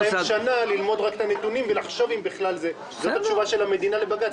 שייקח להם שנה ללמוד את הנתונים - זו התשובה של המדינה לבג"ץ.